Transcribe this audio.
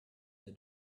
the